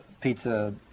pizza